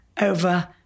over